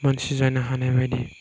मानसि जानो हानाय बायदि